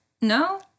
No